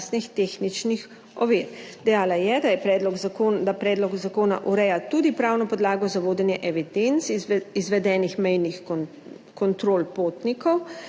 tehničnih ovir. Dejala je, da predlog zakona ureja tudi pravno podlago za vodenje evidenc izvedenih mejnih kontrol potnikov,